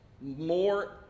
more